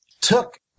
took